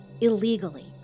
illegally